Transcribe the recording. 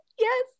yes